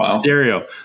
stereo